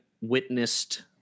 witnessed